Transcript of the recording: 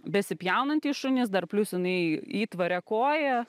besipjaunantis šunis dar plius jinai įtvare koja